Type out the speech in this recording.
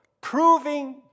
proving